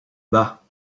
bas